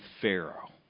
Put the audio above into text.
Pharaoh